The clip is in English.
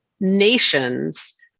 nations